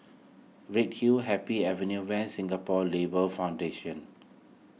Redhill Happy Avenue West Singapore Labour Foundation